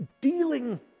Dealing